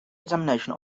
examination